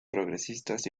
progresistas